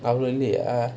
அவ்ளோ இல்லையா:avlo illaiyaa